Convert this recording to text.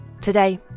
Today